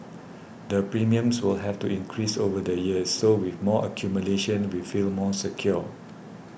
the premiums will have to increase over the years so with more accumulation we feel more secure